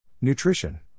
Nutrition